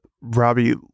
Robbie